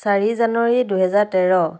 চাৰি জানুৱাৰী দুহেজাৰ তেৰ